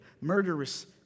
murderous